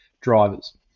drivers